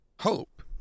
hope